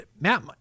Matt